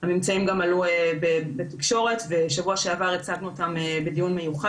הממצאים גם עלו בתקשורת ובשבוע שעבר הצגנו אותם בדיון מיוחד